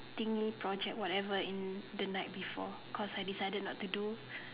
thingy project whatever in the night before because I decided not to do